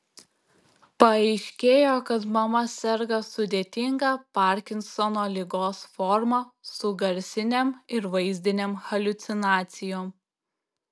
paaiškėjo kad mama serga sudėtinga parkinsono ligos forma su garsinėm ir vaizdinėm haliucinacijom